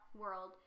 world